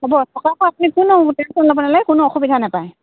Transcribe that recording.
হ'ব থকা খোৱাৰ আপুনি কোনো টেনচন ল'ব নালাগে কোনো অসুবিধা নেপায়